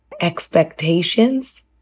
expectations